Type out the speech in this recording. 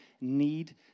need